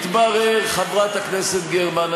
חברת הכנסת גרמן,